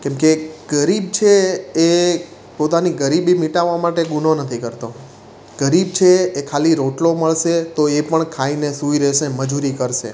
કેમકે ગરીબ છે એ પોતાની ગરીબી મીટાવવા માટે ગુનો નથી કરતો ગરીબ છે એ ખાલી રોટલો મળશે તો એ પણ ખાઈને સૂઈ રહેશે મજૂરી કરશે